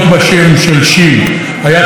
היה פ"ש, של פלאטו שרון,